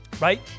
right